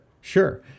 Sure